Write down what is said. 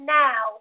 now